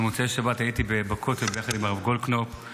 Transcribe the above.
במוצאי שבת הייתי בכותל ביחד עם הרב גולדקנופ,